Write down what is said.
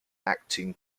acting